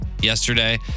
yesterday